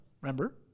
remember